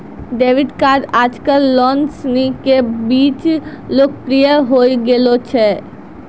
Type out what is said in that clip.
debit card आजकल लोग सनी के बीच लोकप्रिय होए गेलो छै